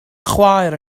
chwaer